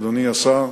אדוני השר,